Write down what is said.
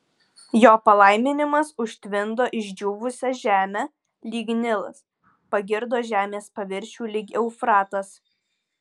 jo palaiminimas užtvindo išdžiūvusią žemę lyg nilas pagirdo žemės paviršių lyg eufratas